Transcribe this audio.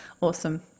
awesome